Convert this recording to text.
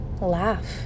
laugh